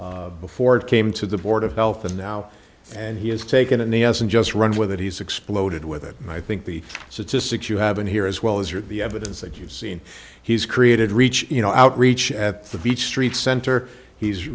before it came to the board of health and now and he has taken and he hasn't just run with it he's exploded with it and i think the statistics you have in here as well as are the evidence that you've seen he's created reach you know outreach at the beach street center he's